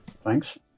thanks